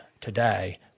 today